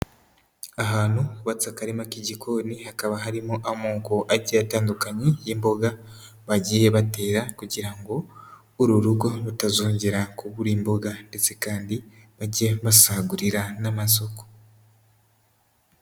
Ahantu hubatse akarima k'igikoni, hakaba harimo amoko agiye atandukanye y'imboga bagiye batera kugira ngo uru rugo rutazongera kubura imboga ndetse kandi bajye basagurira n'amasoko.